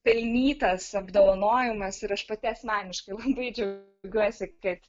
pelnytas apdovanojimas ir aš pati asmeniškai labai džiaugiuosi kad